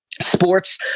sports